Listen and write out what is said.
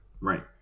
Right